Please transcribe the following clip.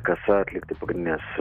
kasa atlikti pagrindines